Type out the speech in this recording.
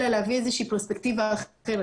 אלא להביא איזה שהיא פרספקטיבה אחרת,